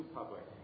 public